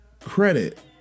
credit